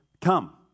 come